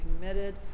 committed